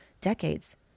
decades